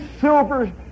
silver